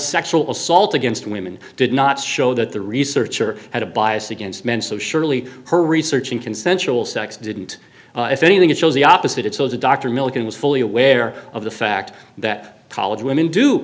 sexual assault against women did not show that the researcher had a bias against men so surely her research in consensual sex didn't if anything it shows the opposite it's also dr milliken was fully aware of the fact that college women do